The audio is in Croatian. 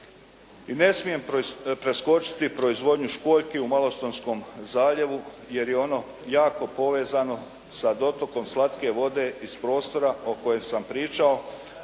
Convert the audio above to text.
I ne smijem preskočiti proizvodnju školjki u Molostonskom zaljevu jer je ono jako povezano sa dotokom slatke vode iz prostora o kojem sam pričao.